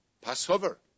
Passover